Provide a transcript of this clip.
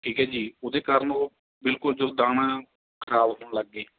ਠੀਕ ਹੈ ਜੀ ਉਹਦੇ ਕਾਰਨ ਉਹ ਬਿਲਕੁਲ ਜੋ ਦਾਣਾ ਖਰਾਬ ਹੋਣ ਲੱਗ ਗਏ